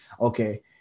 okay